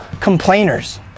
complainers